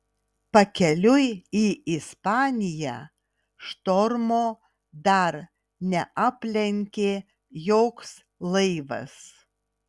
pakeliui į ispaniją štormo dar neaplenkė joks laivas